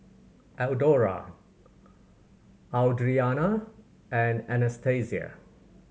Eldora Audriana and Anastasia